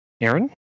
Aaron